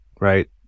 Right